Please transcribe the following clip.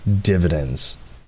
dividends